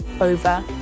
over